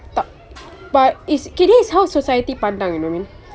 tak but it's kini it's how society pandang you know what I mean